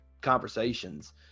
conversations